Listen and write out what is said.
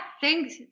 thanks